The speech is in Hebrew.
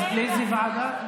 לאיזו ועדה?